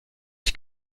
ich